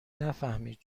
نفهمید